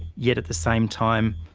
yet at the same time,